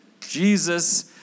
Jesus